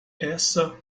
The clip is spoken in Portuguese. essa